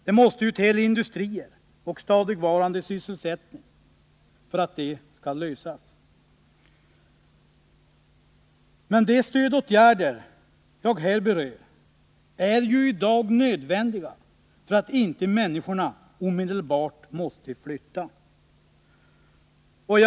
Det måste ju till industrier och stadigvarande sysselsättning för att problemen skall lösas. Men de stödåtgärder jag här berört är i dag nödvändiga för att inte människorna skall tvingas flytta omedelbart.